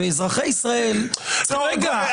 ואזרחי ישראל --- רגע,